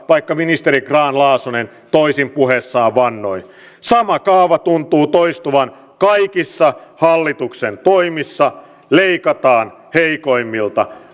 vaikka ministeri grahn laasonen toisin puheessaan vannoi sama kaava tuntuu toistuvan kaikissa hallituksen toimissa leikataan heikoimmilta